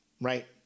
Right